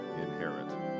inherit